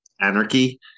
Anarchy